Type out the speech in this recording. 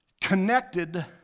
connected